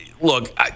look